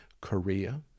Korea